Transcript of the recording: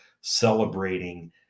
celebrating